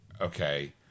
Okay